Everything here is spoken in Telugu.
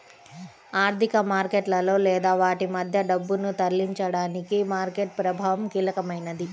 ఆర్థిక మార్కెట్లలో లేదా వాటి మధ్య డబ్బును తరలించడానికి మార్కెట్ ప్రభావం కీలకమైనది